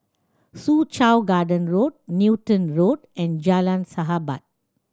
Soo Chow Garden Road Newton Road and Jalan Sahabat